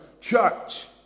church